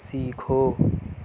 سیکھو